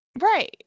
Right